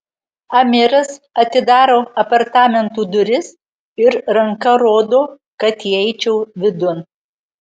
amiras atidaro apartamentų duris ir ranka rodo kad įeičiau vidun